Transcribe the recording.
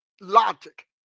logic